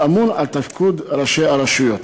שאמון על תפקוד ראשי הרשויות.